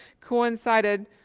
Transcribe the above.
coincided